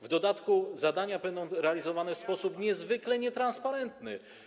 W dodatku zadania będą realizowane w sposób niezwykle nietransparentny.